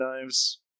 knives